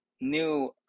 new